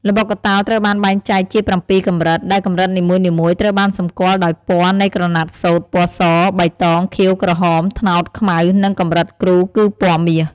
ល្បុក្កតោត្រូវបានបែងចែកជា ៧ កម្រិត ដែលកម្រិតនីមួយៗត្រូវបានសម្គាល់ដោយពណ៌នៃក្រណាត់សូត្រ ពណ៌ស បៃតង ខៀវ ក្រហម ត្នោត ខ្មៅ និងកម្រិតគ្រូ គឺពណ៌មាស។